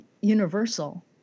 universal